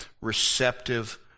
receptive